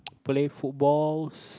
play footballs